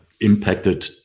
impacted